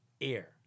air